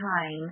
time